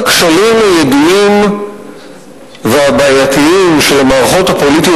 אחד הכשלים הידועים והבעייתיים של המערכות הפוליטיות